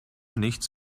nichts